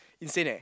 insane eh